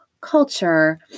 culture